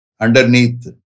underneath